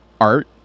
art